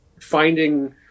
finding